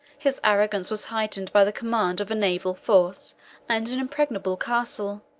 his arrogance was heightened by the command of a naval force and an impregnable castle,